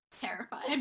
terrified